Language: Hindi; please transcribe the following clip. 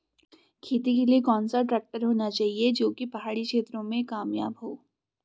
खेती के लिए कौन सा ट्रैक्टर होना चाहिए जो की पहाड़ी क्षेत्रों में कामयाब हो?